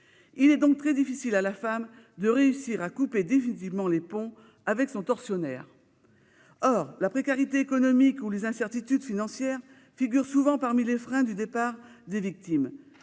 Il est donc très difficile pour la femme de réussir à couper définitivement les ponts avec son tortionnaire. La précarité économique ou les incertitudes financières figurent souvent parmi les freins au départ des victimes.